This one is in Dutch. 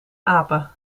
apen